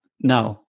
Now